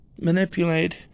manipulate